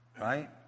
right